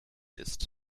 ist